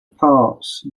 parts